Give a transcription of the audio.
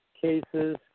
cases